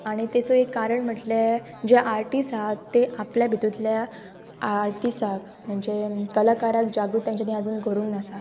आनी तेचो एक कारण म्हटल्या जे आर्टीस आहा ते आपल्या भितूतल्या आर्टिसाक म्हणजे कलाकाराक जागृत तांच्यानी आजून करूंक नासा